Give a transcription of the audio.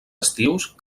estius